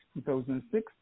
2006